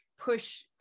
push